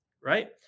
Right